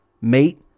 mate